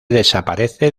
desaparece